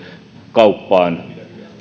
kauppaan